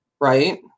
Right